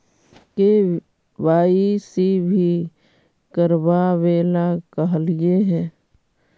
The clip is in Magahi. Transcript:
के.वाई.सी भी करवावेला कहलिये हे?